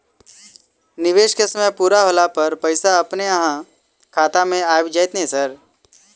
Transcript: निवेश केँ समय पूरा होला पर पैसा अपने अहाँ खाता मे आबि जाइत नै सर?